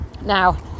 now